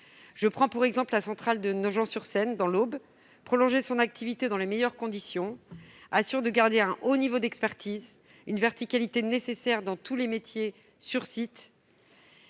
Je prends pour exemple la centrale de Nogent-sur-Seine, dans l'Aube. Prolonger son activité dans les meilleures conditions assure de garder un haut niveau d'expertise, une verticalité nécessaire dans tous les métiers sur site